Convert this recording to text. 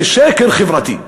זה שקר חברתי.